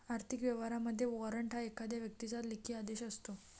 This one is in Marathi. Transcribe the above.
आर्थिक व्यवहारांमध्ये, वॉरंट हा एखाद्या व्यक्तीचा लेखी आदेश असतो